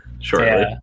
shortly